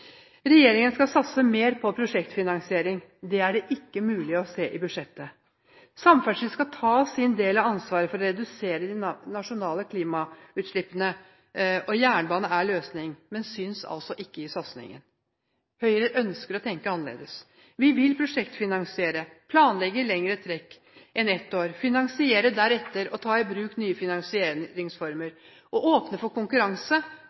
Regjeringen skal satse mer på prosjektfinansiering. Det er det ikke mulig å se i budsjettet. Samferdsel skal ta sin del av ansvaret for å redusere de nasjonale klimagassutslippene. Jernbane er løsningen, men det synes ikke i satsingen. Høyre ønsker å tenke annerledes. Vi vil prosjektfinansiere, planlegge i lengre tidsstrekk enn ett år, finansiere deretter, ta i bruk nye finansieringsformer, åpne for konkurranse,